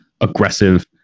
aggressive